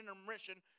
intermission